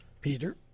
Peter